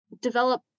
develop